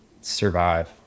survive